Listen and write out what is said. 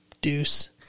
deuce